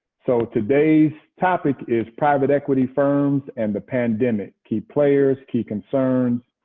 so today's topic is private equity firms and the pandemic key players, key concerns,